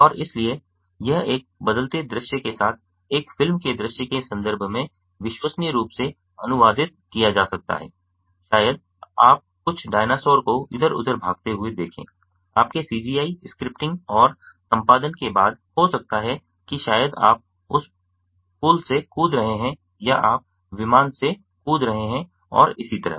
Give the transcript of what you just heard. और इसलिए यह एक बदलते दृश्य के साथ एक फिल्म के दृश्य के संदर्भ में विश्वसनीय रूप से अनुवादित किया जा सकता है शायद आप कुछ डायनासोर को इधर उधर भागते हुए देखें आपके CGI स्क्रिप्टिंग और संपादन के बाद हो सकता है कि शायद आप उस पुल से कूद रहे हैं या आप विमान से कूद रहे हैं और इसी तरह